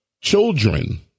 children